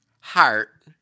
Heart